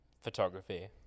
photography